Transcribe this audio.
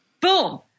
Boom